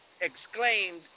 exclaimed